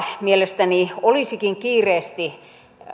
mielestäni olisikin kiireesti